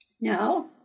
no